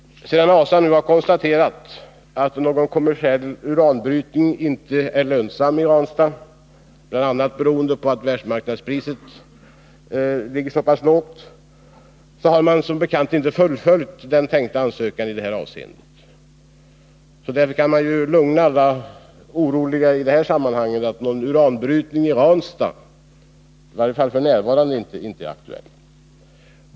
Sedan ASA nu har konstaterat att uranbrytning i Ranstad inte är kommersiellt lönsam, bl.a. beroende på att världsmarknadspriset ligger så pass lågt, har man som bekant inte fullföljt den ansökan som var avsedd att inges i det här avseendet. Därför kan man nu lugna alla oroliga med att någon uranbrytning i Ranstad i varje fall inte f. n. är aktuell.